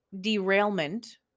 derailment